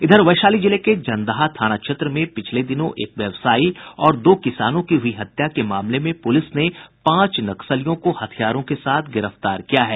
इधर वैशाली जिले के जन्दाहा थाना क्षेत्र में पिछले दिनों एक व्यवसायी और दो किसानों की हुई हत्या के मामले में पुलिस ने पांच नक्सलियों को हथियारों के साथ गिरफ्तार किया है